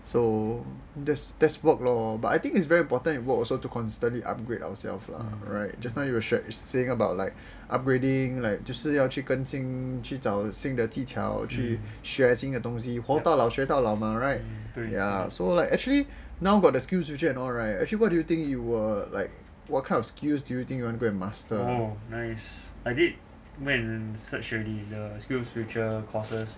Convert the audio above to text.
so that's work lor but I think it's very important in work also to constantly upgrade ourselves lah right just now you were saying about like upgrading like 就是要更新去学新的技巧去学新的东西活到老学到老 mah right ya so actually now got the SkillsFuture and all right so what do you think you are like what kind of skills do you want to go and master